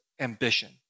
ambition